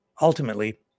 Ultimately